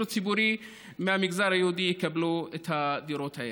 ציבורי מהמגזר היהודי יקבלו את הדירות האלה.